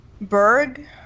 Berg